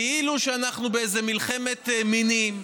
כאילו שאנחנו באיזה מלחמת מינים.